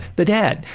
the dad.